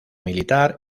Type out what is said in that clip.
militar